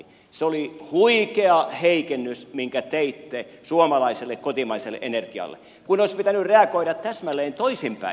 se oli huikea heikennys minkä teitte suomalaiselle kotimaiselle energialle kun olisi pitänyt reagoida täsmälleen toisin päin